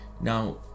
now